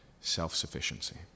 self-sufficiency